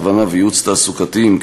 הכוונה וייעוץ תעסוקתיים,